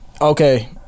okay